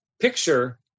picture